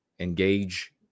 engage